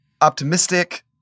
optimistic